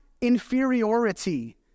inferiority